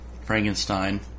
Frankenstein